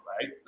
right